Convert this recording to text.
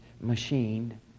machine